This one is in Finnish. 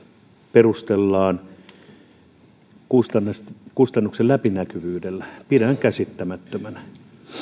perustellaan kustannuksen läpinäkyvyydellä pidän käsittämättömänä